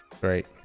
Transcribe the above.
Great